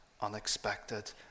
unexpected